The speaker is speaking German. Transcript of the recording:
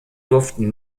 durften